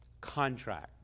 contract